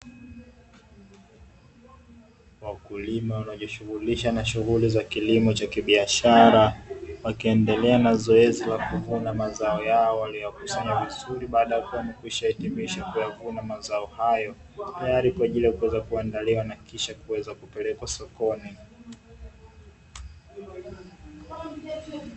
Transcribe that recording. Wakulima wanaojishughulisha na shughuli za kilimo cha kibiashara, wakiendelea na zoezi la kuvuna mazao yao, waliyoyakusanya vizuri baada ya kua wamekwisha hitimisha kuyavuna mazao hayo, tayari kwa ajili ya kuweza kuandaliwa na kisha kuweza kupelekwa sokoni.